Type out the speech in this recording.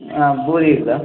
ஆ பூரி இருக்குதா